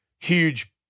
Huge